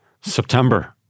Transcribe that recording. September